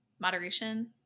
moderation